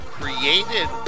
created